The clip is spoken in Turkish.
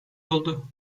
oldu